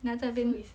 then 在那边